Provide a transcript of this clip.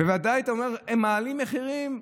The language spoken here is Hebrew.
בוודאי, אתה אומר: הם מעלים מחירים,